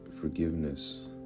forgiveness